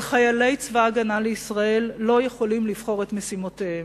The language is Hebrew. אבל חיילי צבא-הגנה לישראל לא יכולים לבחור את משימותיהם,